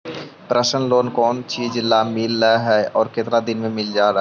Personal loan कोन कोन चिज ल मिल है और केतना दिन में मिल जा है?